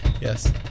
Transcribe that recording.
Yes